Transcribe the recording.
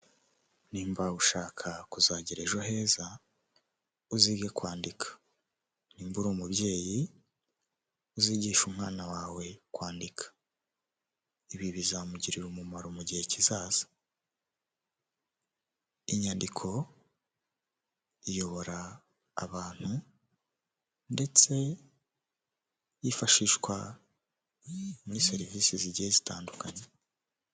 Nimba ushaka kuzagira ejo heza uzige kwandika, nimba uri umubyeyi uzigishe umwana wawe kwandika ibi bizamugirira umumaro mu gihe kizaza, inyandiko iyobora abantu ndetse yifashishwa muri serivise zigiye zitandukanye.